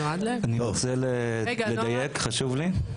אני רוצה לדייק, חשוב לי.